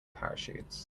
parachutes